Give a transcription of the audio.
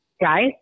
guys